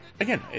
again